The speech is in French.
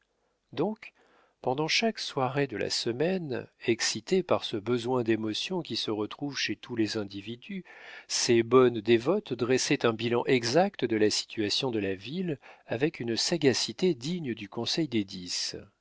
donc pendant chaque soirée de la semaine excitées par ce besoin d'émotion qui se retrouve chez tous les individus ces bonnes dévotes dressaient un bilan exact de la situation de la ville avec une sagacité digne du conseil des